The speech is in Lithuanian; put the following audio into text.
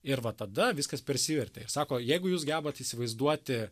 ir va tada viskas persivertė ir sako jeigu jūs gebat įsivaizduoti